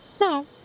No